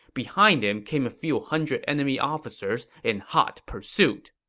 behind him came a few hundred enemy officers in hot pursuit.